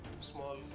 small